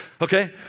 okay